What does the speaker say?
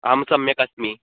अहं सम्यकस्मि